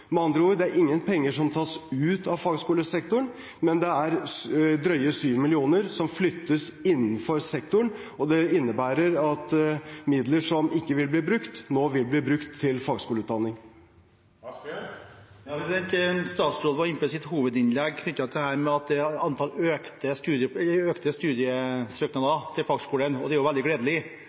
Med andre ord er det ingen penger som tas ut av fagskolesektoren, men det er drøye 7 mill. kr som flyttes innenfor sektoren. Det innebærer at midler som ikke vil bli brukt, nå vil bli brukt til fagskoleutdanning. Statsråden var i sitt hovedinnlegg inne på en økning i antallet studiesøknader til fagskolene, og det er veldig gledelig.